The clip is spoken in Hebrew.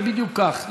זה בדיוק כך,